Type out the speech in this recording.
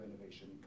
innovation